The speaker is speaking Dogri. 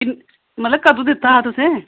मतलब कदूं दित्ता हा तुसें